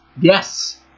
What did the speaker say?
Yes